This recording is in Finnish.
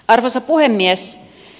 arvoisa puhemies